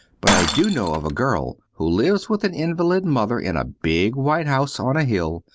but i do know of a girl who lives with an invalid mother in a big white house on a hill,